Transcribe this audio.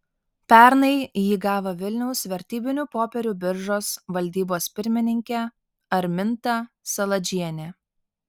pernai jį gavo vilniaus vertybinių popierių biržos valdybos pirmininkė arminta saladžienė